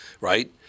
right